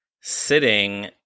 sitting